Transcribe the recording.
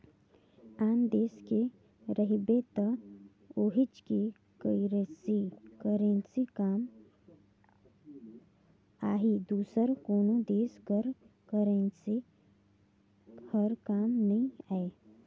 आन देस गे रहिबे त उहींच के करेंसी काम आही दूसर कोनो देस कर करेंसी हर काम नी आए